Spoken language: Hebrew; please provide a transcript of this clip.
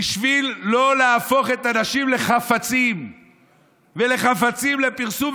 בשביל לא להפוך את הנשים לחפצים ולחפצים לפרסום,